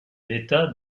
l’état